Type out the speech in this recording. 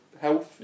Health